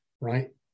right